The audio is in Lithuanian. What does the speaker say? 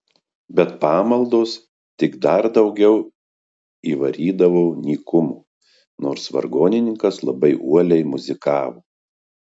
bet pamaldos tik dar daugiau įvarydavo nykumo nors vargonininkas labai uoliai muzikavo